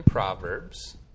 Proverbs